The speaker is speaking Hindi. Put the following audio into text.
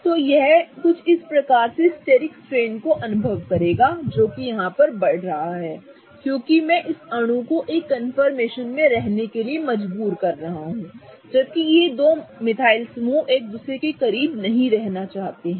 तो यह कुछ प्रकार के स्टिरिक स्ट्रेन का अनुभव करेगा जो कि बढ़ रहा होगा क्योंकि मैं इस अणु को एक कन्फर्मेशन में रहने के लिए मजबूर करने की कोशिश कर रहा हूं जबकि ये दो मिथाइल समूह एक दूसरे के बहुत करीब नहीं होना चाहते हैं